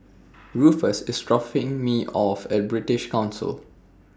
Rufus IS dropping Me off At British Council